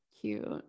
cute